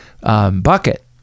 bucket